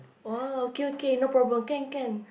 !wah! okay okay no problem can can